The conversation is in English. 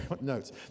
notes